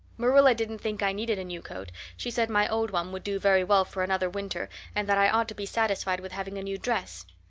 marilla didn't think i needed a new coat. she said my old one would do very well for another winter and that i ought to be satisfied with having a new dress.